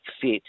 fit